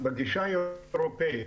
הגישה האירופאית,